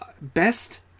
Best